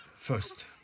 First